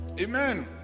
Amen